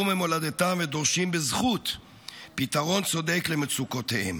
ממולדתם ודורשים בזכות פתרון צודק למצוקותיהם.